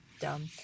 dumb